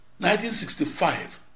1965